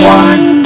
one